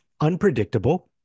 unpredictable